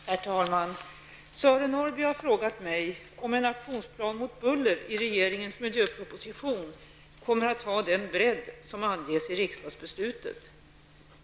Herr talman! Sören Norrby har frågat mig om en aktionsplan mot buller i regeringens miljöproposition kommer att ha den bredd som anges i riksdagsbeslutet.